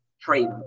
Trade